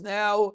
now